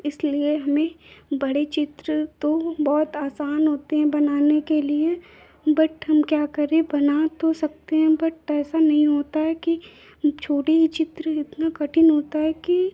इसलिए हमें बड़े चित्र तो बहुत आसान होते हैं बनाने के लिए बट हम क्या करें बना तो सकते हैं हम बट ऐसा नहीं होता है कि छोटे यह चित्र इतना कठिन होता है कि